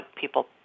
people